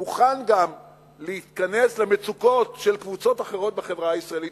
מוכן גם להיכנס למצוקות של קבוצות אחרות בחברה הישראלית,